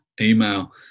email